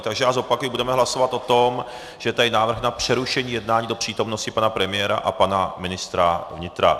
Takže já zopakuji, budeme hlasovat o tom, že je tady návrh na přerušení jednání do přítomnosti pana premiéra a pana ministra vnitra.